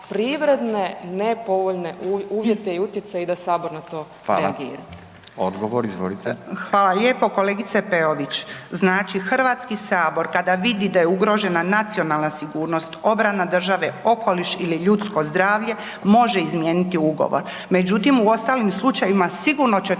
privredne nepovoljne uvjete i utjecaje i da Sabor na to reagira. **Radin, Furio (Nezavisni)** Hvala. Odgovor, izvolite. **Juričev-Martinčev, Branka (HDZ)** Hvala lijepo kolegice Peović. Znači Hrvatski sabor, kada vidi da je ugrožena nacionalna sigurnost, obrana države, okoliš ili ljudsko zdravlje, može izmijeniti ugovor. Međutim, u ostalim slučajevima sigurno će